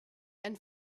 and